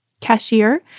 cashier